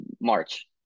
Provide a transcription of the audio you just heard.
March